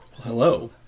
Hello